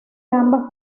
ambas